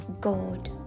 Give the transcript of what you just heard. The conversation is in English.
God